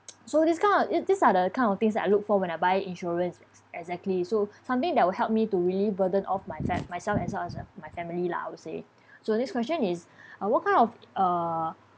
so this kind uh i~ these are the kind of things that I look for when I buy insurance ex~ exactly so something that will help me to really burden off myse~ myself as well as my family lah I would say so this question is uh what kind of uh